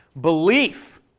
Belief